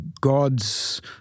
God's